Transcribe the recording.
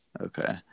Okay